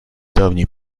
давней